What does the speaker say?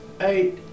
eight